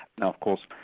now of course,